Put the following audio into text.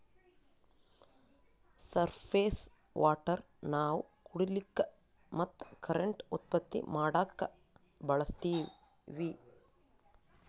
surface water ನಾವ್ ಕುಡಿಲಿಕ್ಕ ಮತ್ತ್ ಕರೆಂಟ್ ಉತ್ಪತ್ತಿ ಮಾಡಕ್ಕಾ ಬಳಸ್ತೀವಿ